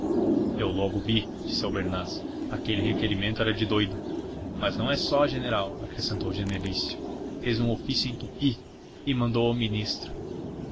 eu logo vi disse albernaz aquele requerimento era de doido mas não é só general acrescentou genelício fez um ofício em tupi e mandou ao ministro